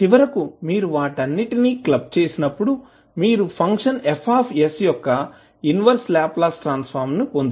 చివరకు మీరు వాటన్నింటినీ క్లబ్ చేసినప్పుడు మీరు ఫంక్షన్ F యొక్క ఇన్వర్స్ లాప్లాస్ ట్రాన్స్ ఫార్మ్ ను పొందుతారు